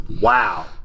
Wow